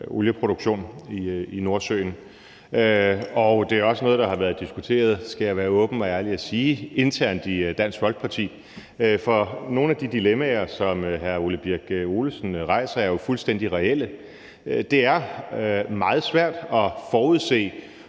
olieproduktion i Nordsøen, og det er også noget, der har været diskuteret – skal jeg være åben og ærlig og sige – internt i Dansk Folkeparti, for nogle af de dilemmaer, som hr. Ole Birk Olesen rejser, er jo fuldstændig reelle. Det er meget svært at forudse,